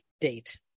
date